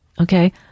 okay